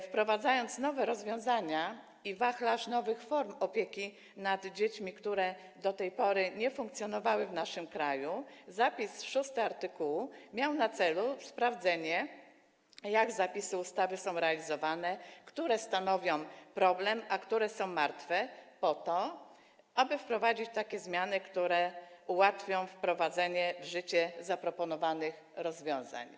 Wprowadzając nowe rozwiązania i wachlarz nowych form opieki nad dziećmi, które do tej pory nie funkcjonowały w naszym kraju, zapis art. 6 miał na celu sprawdzenie, jak zapisy ustawy są realizowane, które stanowią problem, a które są martwe, po to aby wprowadzić takie zmiany, które ułatwią wprowadzenie w życie zaproponowanych rozwiązań.